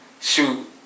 shoot